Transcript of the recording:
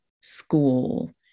school